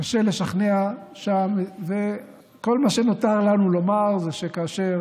קשה לשכנע שם, וכל מה שנותר לנו לומר זה שכאשר